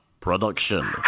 production